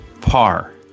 par